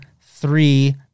three